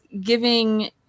giving